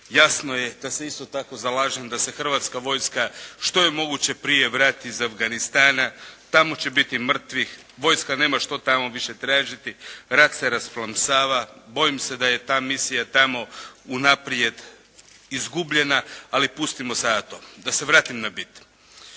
Jasno je da se isto tako zalažem da se hrvatska vojska što je moguće prije vrati iz Afganistana. Tamo će biti mrtvih, vojska nema što tamo više tražiti. Rat se rasplamsava, bojim se da je ta misija tamo unaprijed izgubljena. Ali pustimo sada to. Da se vratim na bit.